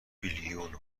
بیلیون